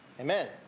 Amen